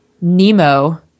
Nemo